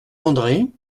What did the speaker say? andré